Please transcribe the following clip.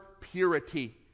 purity